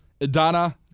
Idana